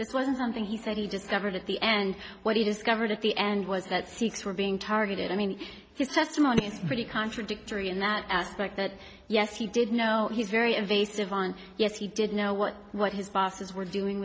this wasn't something he said he discovered at the end what he discovered at the end was that sikhs were being targeted i mean his testimony is pretty contradictory in that aspect that yes he did know he's very invasive and yes he did know what what his bosses were doing